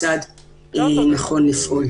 התעייפתי.